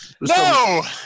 no